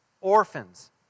orphans